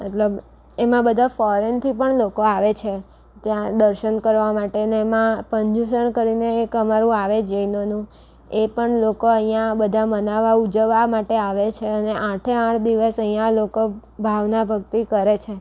મતલબ એમાં બધા ફોરેનથી પણ લોકો આવે છે ત્યાં દર્શન કરવા માટેને એમાં પંજુસણ કરીને એક અમારું આવે જૈનોનું એ પણ લોકો અહીંયાં બધા મનાવવા ઉજવવા માટે આવે છે અને આઠે આઠ દિવસ અહીંયાં લોકો ભાવના ભક્તિ કરે છે